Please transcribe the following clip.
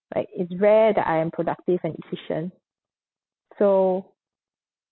like it's rare that I am productive and efficient so